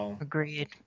Agreed